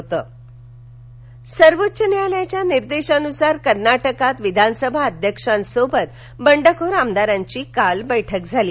कर्नाटकगोवा सर्वोच्च न्यायालयाच्या निर्देशानुसार कर्नाटकात विधानसभा अध्यक्षांसोबत बंडखोर आमदारांची काल बैठक झाली